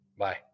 Bye